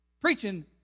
Preaching